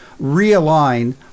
realign